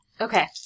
Okay